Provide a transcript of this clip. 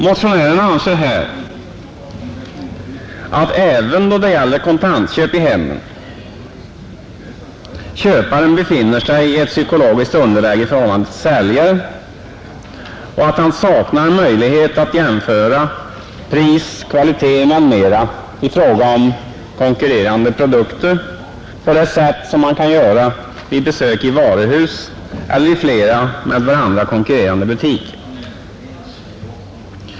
Motionärerna anser att köparen även då det gäller kontantköp i hemmen befinner sig i ett psykologiskt underläge i förhållande till säljaren och att han saknar möjlighet att jämföra pris, kvalitet m.m. i fråga om konkurrerande produkter på det sätt som man kan göra vid besök i varuhus eller i flera med varandra konkurrerande butiker.